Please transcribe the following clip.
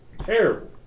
Terrible